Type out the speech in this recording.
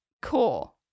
cool